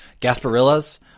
Gasparilla's